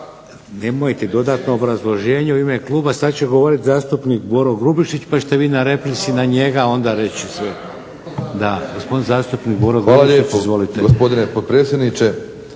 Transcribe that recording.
Hvala lijepo gospodine potpredsjedniče.